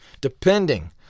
depending